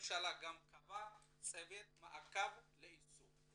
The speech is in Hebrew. הממשלה קבעה גם צוות מעקב ליישום.